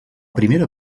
primera